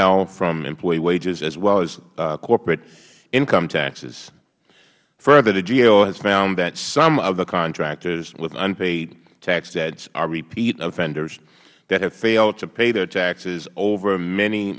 held from employee wages as well as corporate income taxes further the gao has found that some of the contractors with unpaid tax debts are repeat offenders that have failed to pay their taxes over many